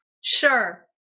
sure